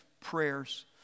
prayers